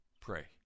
pray